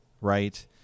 right